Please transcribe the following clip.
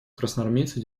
красноармейцы